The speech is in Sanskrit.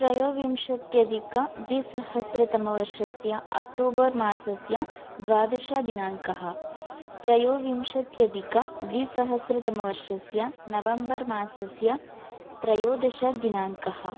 त्रयोविंशत्याधिकद्विसहस्रतमवर्षस्य अक्टोबर् मासस्य द्वादशदिनाङ्कः त्रयोविंशत्याधिकद्विसहस्रतमवर्षस्य नवम्बर् मासस्य त्रयोदशदिनाङ्कः